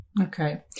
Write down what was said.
Okay